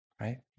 right